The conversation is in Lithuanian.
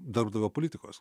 darbdavio politikos